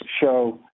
show